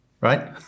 right